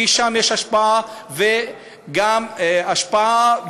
כי שם יש השפעה וגם כוח,